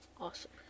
Awesome